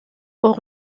aux